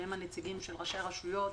שהם הנציגים של ראשי הרשויות,